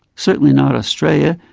certainly not australia,